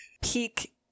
peak